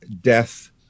death